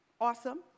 Awesome